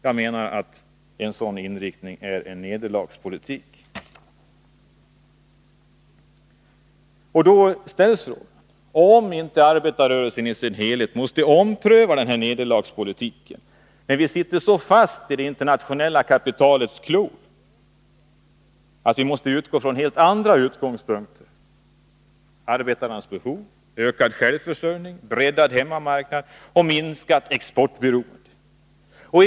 Jag menar att en sådan inriktning är en nederlagspolitik. Då ställs frågan om inte arbetarrörelsen i sin helhet måste ompröva denna nederlagspolitik, när vi sitter så fast i det internationella kapitalets klor, så att vi måste utgå från helt andra utgångspunkter: arbetarnas behov, ökad självförsörjning, breddad hemmamarknad och minskat exportberoende.